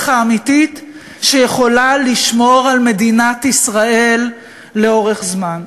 האמיתית שיכולה לשמור על מדינת ישראל לאורך זמן.